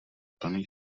plný